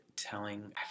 telling